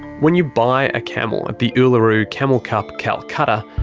when you buy a camel at the uluru camel cup calcutta,